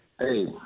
Hey